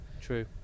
True